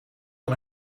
van